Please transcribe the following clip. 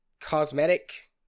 cosmetic